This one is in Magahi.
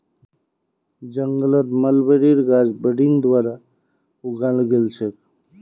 जंगलत मलबेरीर गाछ बडिंग द्वारा उगाल गेल छेक